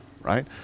right